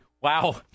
Wow